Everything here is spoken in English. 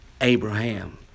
Abraham